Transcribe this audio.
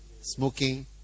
Smoking